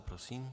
Prosím.